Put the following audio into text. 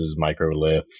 microliths